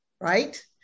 Right